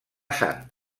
sant